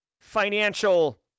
financial